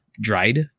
dried